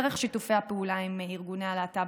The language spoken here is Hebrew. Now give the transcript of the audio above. דרך שיתופי הפעולה עם ארגוני הלהט"ב,